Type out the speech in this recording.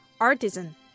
Artisan